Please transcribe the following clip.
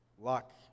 luck